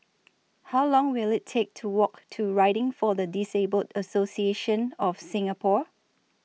How Long Will IT Take to Walk to Riding For The Disabled Association of Singapore